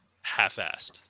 half-assed